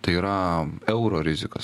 tai yra euro rizikas